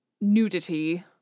nudity